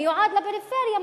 מיועד לפריפריה,